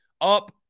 up